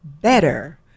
better